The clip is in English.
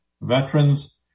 veterans